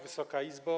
Wysoka Izbo!